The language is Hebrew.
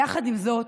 יחד עם זאת,